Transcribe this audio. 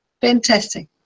Fantastic